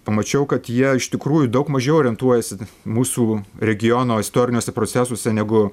pamačiau kad jie iš tikrųjų daug mažiau orientuojasi mūsų regiono istoriniuose procesuose negu